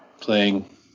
playing